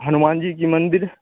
हनुमान जी का मंदिर